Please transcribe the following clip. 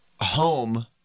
Home